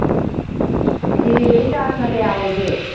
delivery ꯆꯥꯔꯖꯅ ꯀꯌꯥ ꯑꯣꯏꯒꯦ